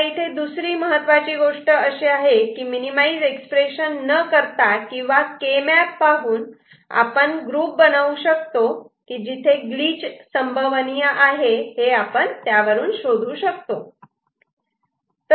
इथे दुसरी महत्वाची गोष्ट अशी आहे की मिनिमाईज एक्स्प्रेश न न करता किंवा केमॅप पाहून आपण ग्रुप बनवू शकतो की जिथे ग्लिच संभवनीय आहे हे आपण शोधू शकतो